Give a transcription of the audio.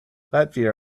latvia